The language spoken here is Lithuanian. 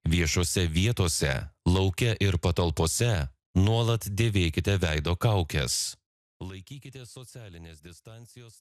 viešose vietose lauke ir patalpose nuolat dėvėkite veido kaukes laikykitės socialinės distancijos